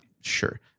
Sure